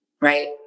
right